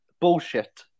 bullshit